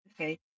Okay